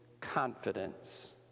confidence